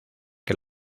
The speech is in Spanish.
que